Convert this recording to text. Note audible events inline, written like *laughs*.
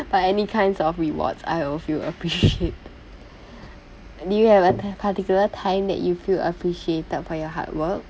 but any kinds of rewards I will feel *laughs* appreciated do you have a ti~ particular time that you feel appreciated for your hard work